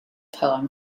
poem